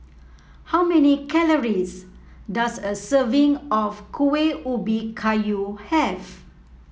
how many calories does a serving of Kuih Ubi Kayu have